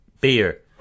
beer